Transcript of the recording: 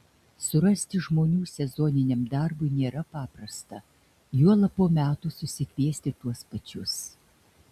surasti žmonių sezoniniam darbui nėra paprasta juolab po metų susikviesti tuos pačius